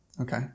Okay